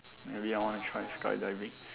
maybe I wanna try skydiving